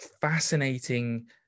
fascinating